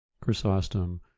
Chrysostom